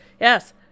yes